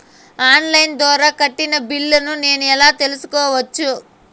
On line ద్వారా కట్టిన బిల్లును నేను ఎలా తెలుసుకోవచ్చు?